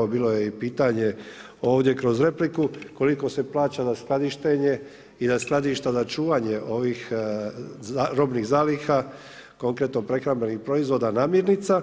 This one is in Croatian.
Evo bilo je i pitanje ovdje kroz repliku, koliko se plaća za skladištenje i za skladišta da čuvanje ovih robnih zaliha, konkretno prehrambenih proizvoda, namirnica,